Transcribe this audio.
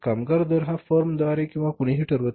कामगार दर हा फर्मद्वारे किंवा कुणीही ठरवत नाही